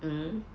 mm